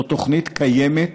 זאת תוכנית קיימת,